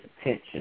attention